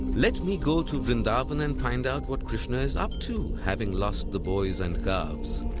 let me go to vrindavan and find out what krishna is up to having lost the boys and calves.